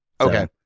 Okay